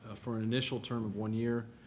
ah for an initial term one year,